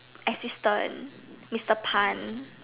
assistant Mister Pan